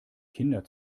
kinder